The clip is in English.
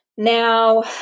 Now